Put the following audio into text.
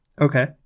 Okay